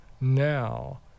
now